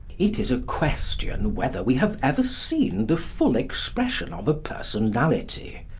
it is a question whether we have ever seen the full expression of a personality,